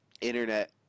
Internet